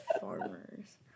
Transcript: Farmers